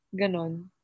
Ganon